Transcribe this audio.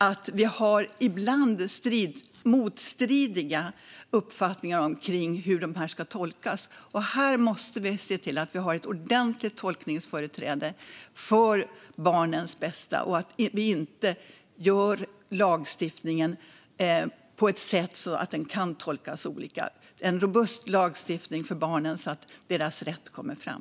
Ibland har vi motstridiga uppfattningar om hur lagarna ska tolkas, och här måste vi se till att det finns ett ordentligt tolkningsföreträde till förmån för barnens bästa. Vi får inte utforma lagstiftningen på ett sådant sätt att den kan tolkas olika. Det måste vara en robust lagstiftning för barnen, så att deras rätt kommer fram.